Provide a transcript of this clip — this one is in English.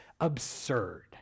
absurd